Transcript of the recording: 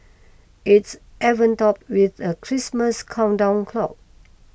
it's topped with a Christmas countdown clock